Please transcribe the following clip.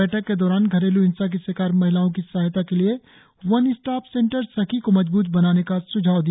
बैठक के दौरान घरेलू हिंसा की शिकार महिलाओं की सहायता के लिए वन स्टाप सेंटर सखी को मजबूत बनाने का स्झाव दिया